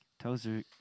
Tozer